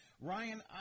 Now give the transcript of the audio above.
Ryan